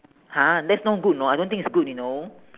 !huh! that's no good know I don't think it's good you know